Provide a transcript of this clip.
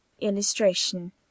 Illustration